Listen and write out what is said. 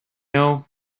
know